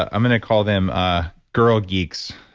i'm going to call them ah girl geeks.